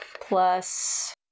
plus